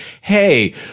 hey